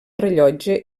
rellotge